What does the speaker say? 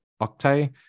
Octay